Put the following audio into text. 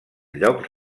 lloc